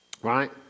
right